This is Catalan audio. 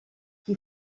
qui